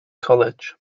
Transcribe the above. college